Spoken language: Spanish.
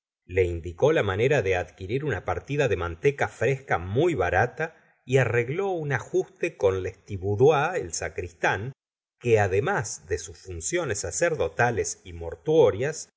le indicó la manera de adquirir una partida dé manteca fresca muy barata y arregló un ajuste con letisboudois el sacristán que además de sus funciones sacerdotales y mortuorias